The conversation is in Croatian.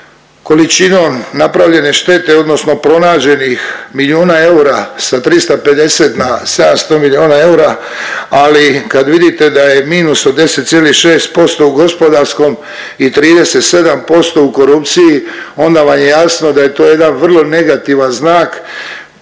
količinom napravljene štete odnosno pronađenih milijuna eura sa 350 na 700 miliona eura, ali kad vidite da je minus od 10,6% u gospodarskom i 37% u korupciji onda vam je jasno da je to jedan vrlo negativan znak